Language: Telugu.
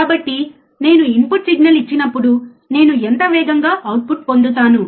కాబట్టి నేను ఇన్పుట్ సిగ్నల్ ఇచ్చినప్పుడు నేను ఎంత వేగంగా అవుట్పుట్ పొందుతాను